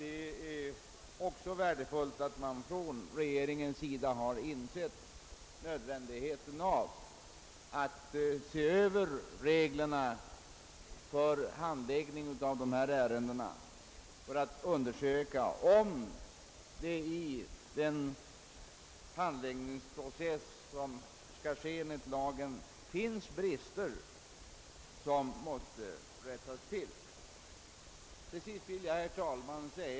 Det är värdefullt att regeringen har insett nödvändigheten av att göra en Översyn av reglerna och undersöka om det i den handlingsprocess som skall ske enligt lagen finns brister som måste rättas till.